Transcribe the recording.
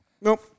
Nope